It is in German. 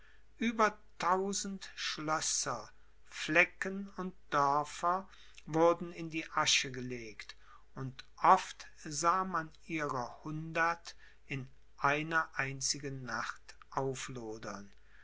ueber tausend schlösser flecken und dörfer wurden in die asche gelegt und oft sah man ihrer hundert in einer einzigen nacht auflodern